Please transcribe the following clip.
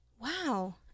wow